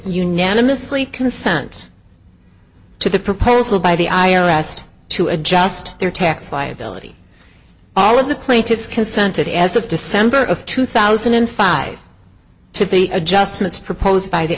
unanimously consents to the proposal by the i o asked to adjust their tax liability all of the plaintiffs consented as of december of two thousand and five to the adjustments proposed